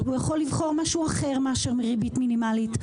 הוא יכול לבחור משהו אחר מאשר ריבית מינימלית.